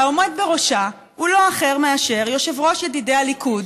שהעומד בראשה הוא לא אחר מאשר יושב-ראש ידידי הליכוד